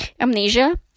amnesia